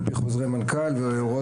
לפי חוזרי מנכ"ל ובטיחות.